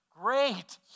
great